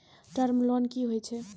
Term loan कि होय छै?